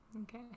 Okay